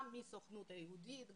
גם מהסוכנות היהודית,